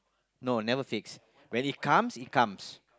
no never fix when it comes it comes